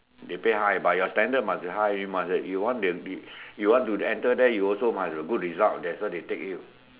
they pay high but your standard must be high you must have you want to be you want to enter there you also must good result that's why they take you